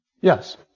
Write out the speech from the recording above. Yes